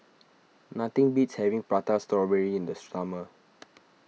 nothing beats having Prata Strawberry in the summer